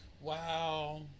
Wow